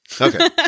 Okay